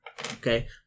Okay